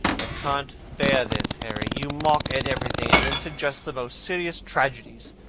i can't bear this, harry! you mock at everything, and then suggest the most serious tragedies.